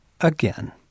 again